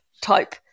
type